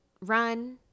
run